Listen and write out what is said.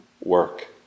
work